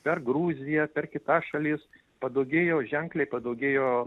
per gruziją per kitas šalis padaugėjo ženkliai padaugėjo